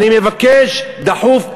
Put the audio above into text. אני מבקש דחוף,